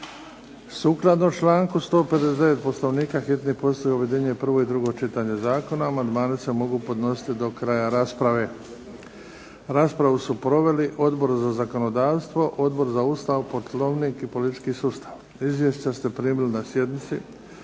Sukladno članku 159. Poslovnika hitni postupak objedinjuje prvo i drugo čitanje zakona. Amandmani se mogu podnositi do kraja rasprave. Raspravu su proveli Odbor za zakonodavstvo, Odbor za Ustav, Poslovnik i politički sustav. Izvješća ste primili na sjednici.